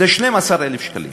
זה 12,000 שקלים.